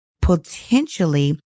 potentially